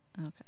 Okay